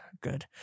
good